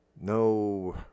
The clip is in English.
No